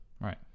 Right